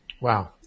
Wow